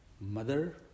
Mother